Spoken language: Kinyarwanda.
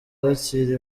bakiri